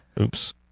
Oops